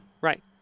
Right